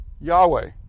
Yahweh